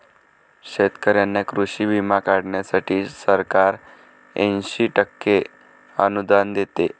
शेतकऱ्यांना कृषी विमा काढण्यासाठी सरकार ऐंशी टक्के अनुदान देते